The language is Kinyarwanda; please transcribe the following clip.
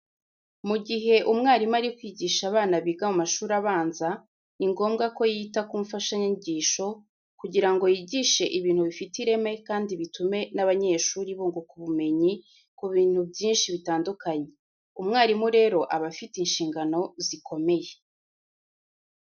Mu gihe umwarimu ari kwigisha abana biga mu mashuri abanza, ni ngombwa ko yita ku mfashanyigisho, kugira ngo yigishe ibintu bifite ireme kandi bitume n'abanyeshuri bunguka ubumenyi ku bintu byinshi bitandukanye. Umwarimu rero aba afite inshingano zikomeye.